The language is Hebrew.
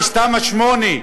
יש תמ"א 8,